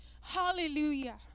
hallelujah